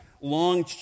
long